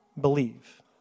Believe